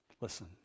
Listen